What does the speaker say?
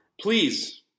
please